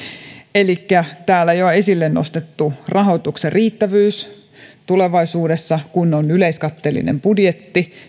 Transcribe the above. elikkä täällä on jo esille nostettu rahoituksen riittävyys tulevaisuudessa kun siellä maakunnassa on yleiskatteellinen budjetti